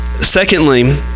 Secondly